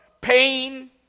pain